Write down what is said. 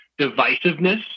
divisiveness